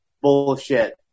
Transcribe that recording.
bullshit